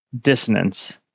dissonance